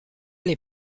les